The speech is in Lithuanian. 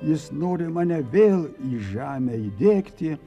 jis nori mane vėl į žemę įdiegti